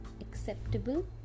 acceptable